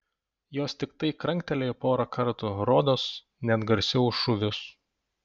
jos tiktai kranktelėjo porą kartų rodos net garsiau už šūvius